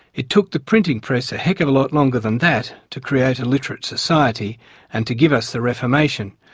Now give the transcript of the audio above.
it took the printing press a heck of a lot longer than that to create a literate society and to give us the reformation,